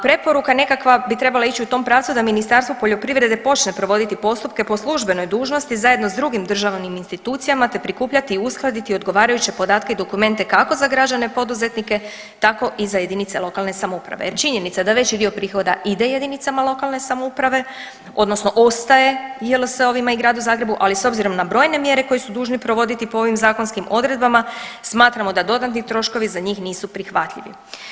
Preporuka nekakva bi trebala ići u tom pravcu da Ministarstvo poljoprivrede počne provoditi postupke po službenoj dužnosti zajedno s drugim državnim institucijama te prikupljati i uskladiti odgovarajuće podatke i dokumente kako za građane poduzetnike, tako i za jedinice lokalne samouprave jer činjenica da veći dio prihoda ide jedinicama lokalne samouprave odnosno ostaje JLS-ovima i Gradu Zagrebu, ali s obzirom na brojne mjere koje su dužni provoditi po ovom zakonskim odredbama smatramo da dodatni troškovi za njih nisu prihvatljivi.